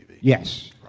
Yes